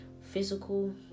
physical